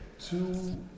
two